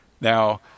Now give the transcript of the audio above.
Now